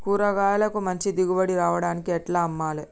కూరగాయలకు మంచి దిగుబడి రావడానికి ఎట్ల అమ్మాలే?